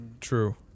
True